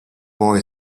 boy